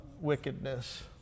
wickedness